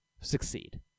succeed